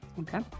okay